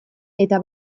eta